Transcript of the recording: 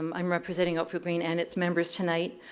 um i'm representing oakville green and its members tonight.